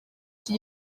iki